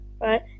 right